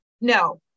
No